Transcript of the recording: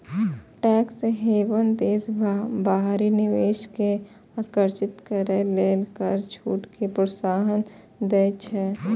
tax haven देश बाहरी निवेश कें आकर्षित करै लेल कर छूट कें प्रोत्साहन दै छै